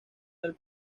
del